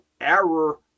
error